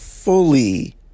fully